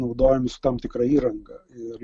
naudojami su tam tikra įranga ir